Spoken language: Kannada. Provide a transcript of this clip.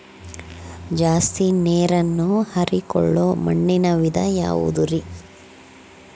ಜಾಸ್ತಿ ನೇರನ್ನ ಹೇರಿಕೊಳ್ಳೊ ಮಣ್ಣಿನ ವಿಧ ಯಾವುದುರಿ?